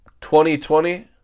2020